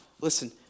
listen